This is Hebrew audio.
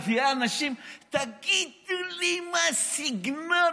מביאה אנשים: תגידו לי מה הסגנון.